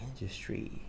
industry